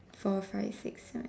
four five six seven